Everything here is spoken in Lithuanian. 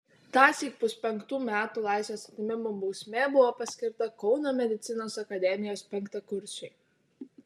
tąsyk puspenktų metų laisvės atėmimo bausmė buvo paskirta kauno medicinos akademijos penktakursiui